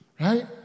Right